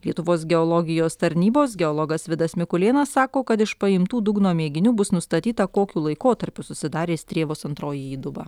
lietuvos geologijos tarnybos geologas vidas mikulėnas sako kad iš paimtų dugno mėginių bus nustatyta kokiu laikotarpiu susidarė strėvos antroji įduba